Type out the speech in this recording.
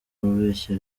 babeshya